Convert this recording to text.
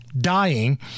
dying